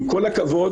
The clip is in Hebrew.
עם כל הכבוד,